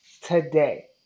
today